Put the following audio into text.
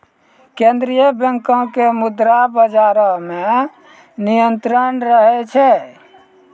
केन्द्रीय बैंको के मुद्रा बजारो मे नियंत्रण रहै छै